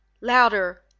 LOUDER